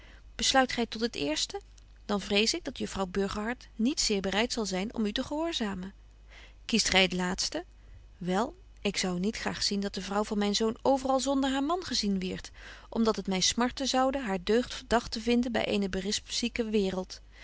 besluit gy tot het eerste dan vrees ik dat juffrouw burgerhart niet zeer bereit zal zyn om u te gehoorzamen kiest gy het laatste wel ik zou niet graag zien dat de vrouw van myn zoon overal zonder haar man gezien wierdt om dat het my smarten zoude haar deugd verdagt te vinden by eene berispzieke waereld